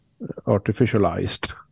artificialized